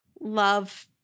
love